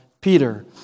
Peter